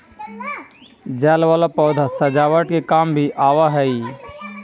जल वाला पौधा सजावट के काम भी आवऽ हई